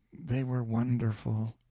they were wonderful.